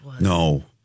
No